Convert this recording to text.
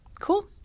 cool